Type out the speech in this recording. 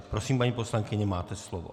Prosím, paní poslankyně, máte slovo.